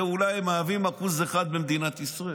ואולי הם מהווים 1% במדינת ישראל.